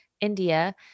India